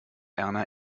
erna